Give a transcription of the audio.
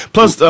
Plus